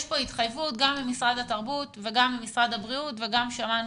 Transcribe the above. יש פה התחייבות גם ממשרד התרבות וגם ממשרד הבריאות וגם שמענו